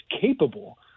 capable